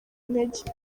intege